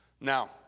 Now